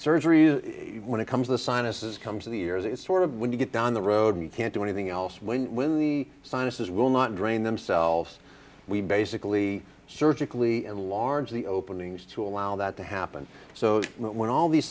surgeries when it comes the sinuses comes to the ears it's sort of when you get down the road you can't do anything else when when the sinuses will not drain themselves we basically surgically and large the openings to allow that to happen so when all these